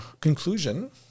conclusion